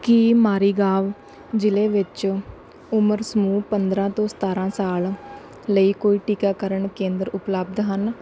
ਕੀ ਮਾਰੀਗਾਂਵ ਜ਼ਿਲ੍ਹੇ ਵਿੱਚ ਉਮਰ ਸਮੂਹ ਪੰਦਰਾਂ ਤੋਂ ਸਤਾਰਾਂ ਸਾਲ ਲਈ ਕੋਈ ਟੀਕਾਕਰਨ ਕੇਂਦਰ ਉਪਲੱਬਧ ਹਨ